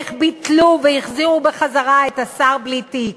איך ביטלו והחזירו את השר בלי תיק.